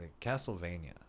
Castlevania